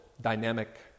dynamic